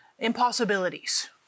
impossibilities